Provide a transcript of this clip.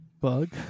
Bug